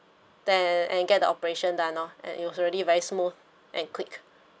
and and get the operation done lor and it was already very smooth and quick